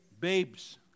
Babes